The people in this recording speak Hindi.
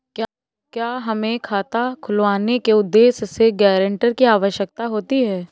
क्या हमें खाता खुलवाने के उद्देश्य से गैरेंटर की आवश्यकता होती है?